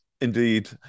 Indeed